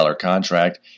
contract